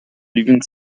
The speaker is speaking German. liefern